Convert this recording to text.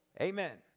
Amen